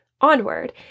onward